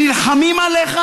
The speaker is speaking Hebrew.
שנלחמים עליך,